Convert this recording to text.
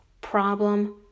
Problem